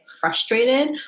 frustrated